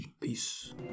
Peace